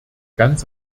ganz